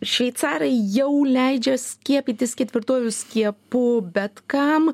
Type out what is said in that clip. šveicarai jau leidžia skiepytis ketvirtuoju skiepų bet kam